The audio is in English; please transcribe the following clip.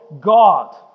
God